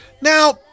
Now